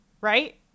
Right